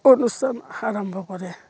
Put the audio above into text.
অনুষ্ঠান আৰম্ভ কৰে